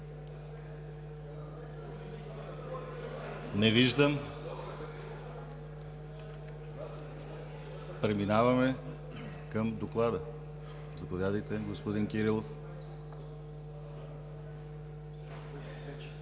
Не виждам. Преминаваме към доклада. Заповядайте, господин Кирилов.